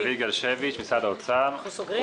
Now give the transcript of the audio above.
האנרגיה, מי מסביר?